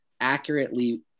Accurately